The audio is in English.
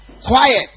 quiet